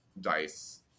dice